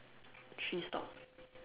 three stop